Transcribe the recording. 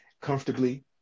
comfortably